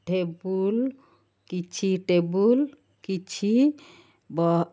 table କିଛି table କିଛି ବ